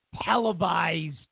televised